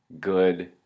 good